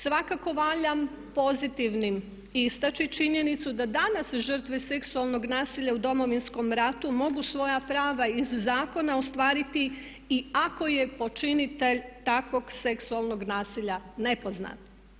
Svakako valja pozitivnim istači činjenicu da danas žrtve seksualnog nasilja u Domovinskom ratu mogu svoja prava iz zakona ostvariti i ako je to počinitelj takvog seksualnog nasilja nepoznat.